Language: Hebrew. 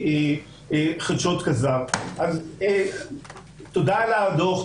--- אז תודה על הדוח,